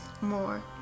more